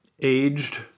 aged